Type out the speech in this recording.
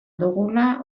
dugula